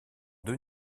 deux